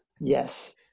Yes